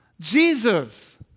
Jesus